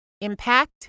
impact